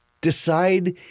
decide